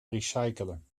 recyclen